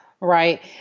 Right